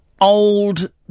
old